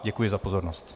Děkuji za pozornost.